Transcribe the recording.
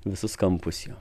visus kampus jo